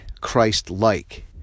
Christ-like